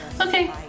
okay